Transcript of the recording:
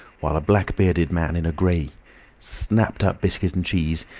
while a black-bearded man in grey snapped up biscuit and cheese,